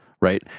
right